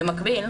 במקביל,